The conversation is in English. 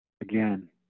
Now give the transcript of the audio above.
again